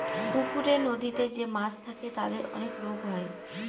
পুকুরে, নদীতে যে মাছ থাকে তাদের অনেক রোগ হয়